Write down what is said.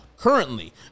Currently